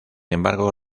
embargo